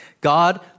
God